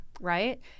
right